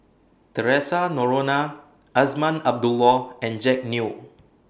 Theresa Noronha Azman Abdullah and Jack Neo